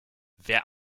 wer